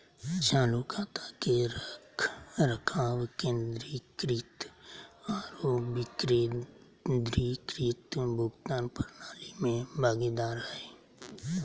चालू खाता के रखरखाव केंद्रीकृत आरो विकेंद्रीकृत भुगतान प्रणाली में भागीदार हइ